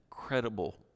incredible